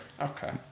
Okay